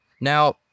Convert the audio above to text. Now